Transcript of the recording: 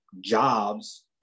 jobs